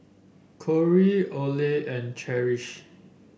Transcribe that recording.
Corry Orley and Cherish